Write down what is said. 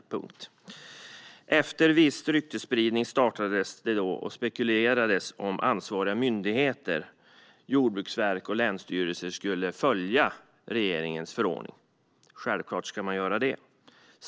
Det startades en viss ryktesspridning, och det spekulerades om ansvariga myndigheter, Jordbruksverket och länsstyrelser, skulle följa regeringens förordning. Självklart ska de göra det.